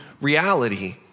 reality